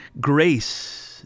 Grace